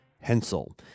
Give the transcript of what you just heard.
Hensel